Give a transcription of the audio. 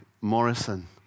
Morrison